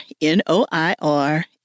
N-O-I-R